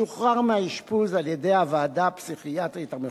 שוחרר מהאשפוז על-ידי הוועדה הפסיכיאטרית המחוזית.